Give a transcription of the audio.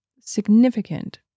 significant